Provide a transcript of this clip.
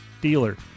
dealer